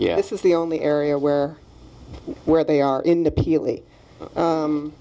yeah this is the only area where where they are independently